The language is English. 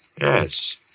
Yes